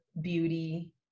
beauty